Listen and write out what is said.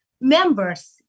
members